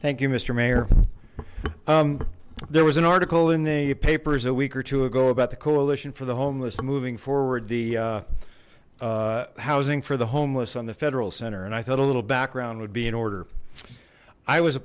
thank you mr mayor there was an article in the papers a week or two ago about the coalition for the homeless moving forward the housing for the homeless on the federal center and i thought a little background would be in order i was a